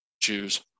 choose